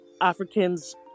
Africans